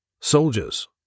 Soldiers